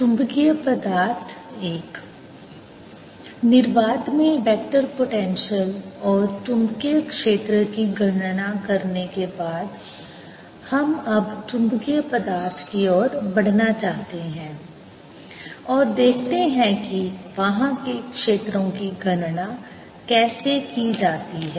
चुंबकीय पदार्थ 1 निर्वात में वेक्टर पोटेंशियल और चुंबकीय क्षेत्र की गणना करने के बाद हम अब चुंबकीय पदार्थ की ओर बढ़ना चाहते हैं और देखते हैं कि वहाँ के क्षेत्रों की गणना कैसे की जाती है